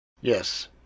Yes